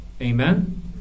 Amen